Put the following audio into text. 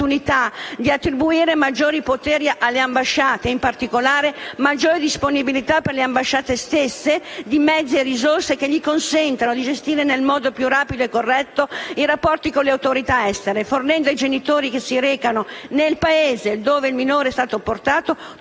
di attribuire maggiori poteri alle ambasciate e, in particolare, maggiore disponibilità per le ambasciate stesse di mezzi e risorse che gli consentano di gestire nel modo più rapido e corretto i rapporti con le autorità estere, fornendo ai genitori che si recano nel Paese ove il minore è stato portato